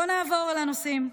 בואו נעבור על הנושאים.